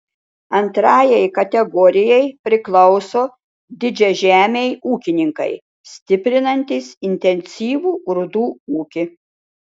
antrajai kategorijai priklauso didžiažemiai ūkininkai stiprinantys intensyvų grūdų ūkį